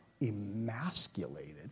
emasculated